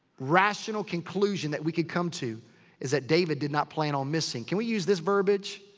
rational conclusion that we could come to is that david did not plan on missing. can we use this verbiage?